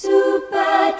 Super